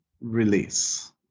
release